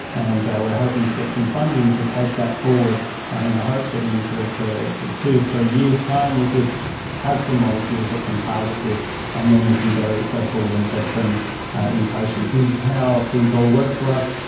and we're hoping to get some funding to take that forward in the hope that in sort of two sort of to to three years' time we could have some molecules that can target this and then we can go go forward and test some in patients. this is how things all work for us,